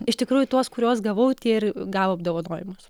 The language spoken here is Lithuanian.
iš tikrųjų tuos kuriuos gavau tie ir gavo apdovanojimus